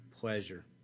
pleasure